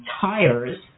tires